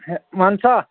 ہےٚ وَنسا